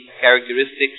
characteristics